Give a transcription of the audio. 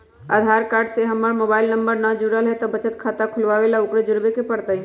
आधार card से हमर mobile number न जुरल है त बचत खाता खुलवा ला उकरो जुड़बे के पड़तई?